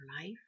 life